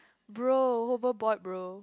bro whole book bought bro